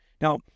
Now